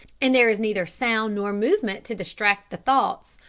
and there is neither sound nor movement to distract the thoughts,